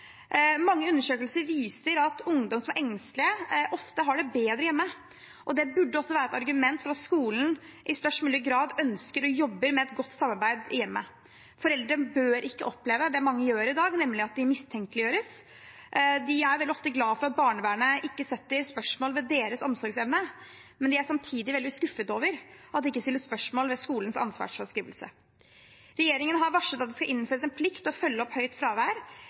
Mange undersøkelser viser at ungdommer som er engstelige, ofte har det bedre hjemme. Det burde også være et argument for at skolen i størst mulig grad ønsker og jobber med et godt samarbeid med hjemmet. Foreldre bør ikke oppleve det mange gjør i dag, nemlig at de mistenkeliggjøres. De er veldig ofte glad for at barnevernet ikke setter spørsmål ved deres omsorgsevne, men de er samtidig veldig skuffet over at det ikke stilles spørsmål ved skolens ansvarsfraskrivelse. Regjeringen har varslet at det skal innføres en plikt til å følge opp høyt fravær.